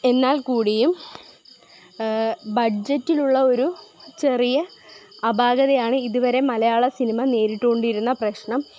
എന്നാൽ കൂടിയും ബഡ്ജറ്റിലുള്ള ഒരു ചെറിയ അപാകതയാണ് ഇതുവരെ മലയാള സിനിമ നേരിട്ടുകൊണ്ടിരുന്ന പ്രശ്നം